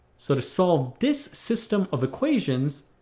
so to solve this system of equations.